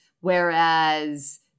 Whereas